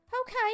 Okay